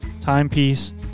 timepiece